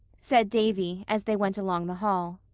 said davy, as they went along the hall.